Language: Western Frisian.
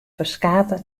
ferskate